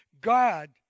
God